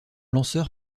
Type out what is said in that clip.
lanceur